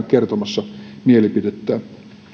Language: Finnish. kertomassa mielipidettään